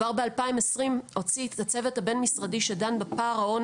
כבר ב-2020 הוציא הצוות הבין-משרדי שדן בפער ההון